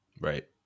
right